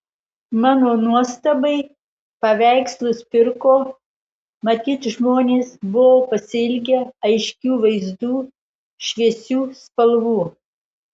mano nuostabai paveikslus pirko matyt žmonės buvo pasiilgę aiškių vaizdų šviesių spalvų